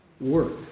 work